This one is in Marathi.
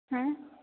हं